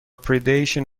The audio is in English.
predation